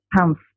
pounds